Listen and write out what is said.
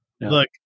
look